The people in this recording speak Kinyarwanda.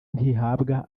ntihabwa